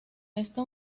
esta